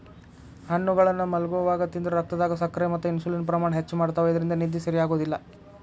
ಹಣ್ಣುಗಳನ್ನ ಮಲ್ಗೊವಾಗ ತಿಂದ್ರ ರಕ್ತದಾಗ ಸಕ್ಕರೆ ಮತ್ತ ಇನ್ಸುಲಿನ್ ಪ್ರಮಾಣ ಹೆಚ್ಚ್ ಮಾಡ್ತವಾ ಇದ್ರಿಂದ ನಿದ್ದಿ ಸರಿಯಾಗೋದಿಲ್ಲ